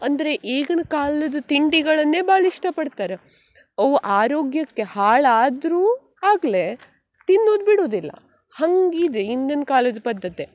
ಅಂದರೆ ಈಗಿನ ಕಾಲದ ತಿಂಡಿಗಳನ್ನೇ ಭಾಳ ಇಷ್ಟಪಡ್ತಾರ ಅವು ಆರೋಗ್ಯಕ್ಕೆ ಹಾಳಾದರೂ ಆಗ್ಲಿ ತಿನ್ನುದು ಬಿಡುದಿಲ್ಲ ಹಂಗಿದೆ ಹಿಂದಿನ ಕಾಲದ ಪದ್ದತಿ